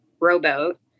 rowboat